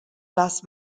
las